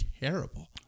terrible